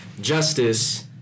Justice